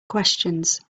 questions